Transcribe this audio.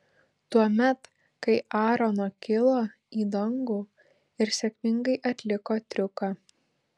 tuomet kai aarono kilo į dangų ir sėkmingai atliko triuką